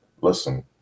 listen